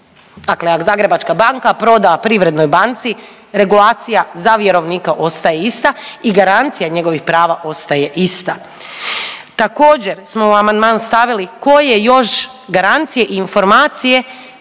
Dakle, ak Zagrebačka banka proda Privrednoj banci regulacija za vjerovnika ostaje ista i garancija njegovih prava ostaje ista. Također smo u amandman stavili tko je još garancije i informacije